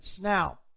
Now